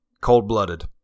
cold-blooded